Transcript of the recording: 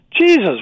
Jesus